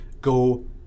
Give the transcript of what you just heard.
go